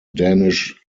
danish